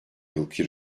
yılki